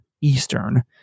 Eastern